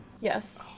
Yes